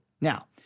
Now